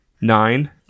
nine